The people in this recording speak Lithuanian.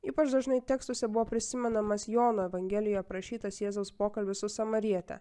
ypač dažnai tekstuose buvo prisimenamas jono evangelijoje aprašytas jėzaus pokalbis su samariete